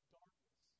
darkness